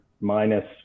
minus